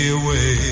away